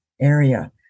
area